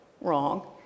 wrong